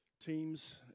teams